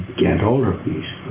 ghent alterpiece,